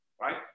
right